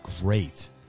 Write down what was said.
great